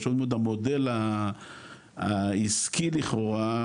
פשוט מאוד המודל העסקי לכאורה,